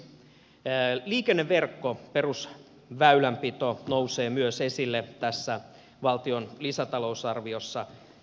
myös liikenneverkko perusväylänpito nousee esille tässä valtion lisätalousarviossa